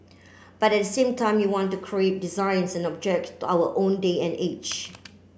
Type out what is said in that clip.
but at the same time we want to create designs and object our own day and age